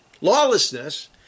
lawlessness